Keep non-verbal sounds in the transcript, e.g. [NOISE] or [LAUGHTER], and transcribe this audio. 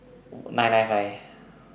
[NOISE] nine nine five